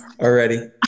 Already